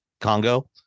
Congo